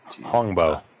Hongbo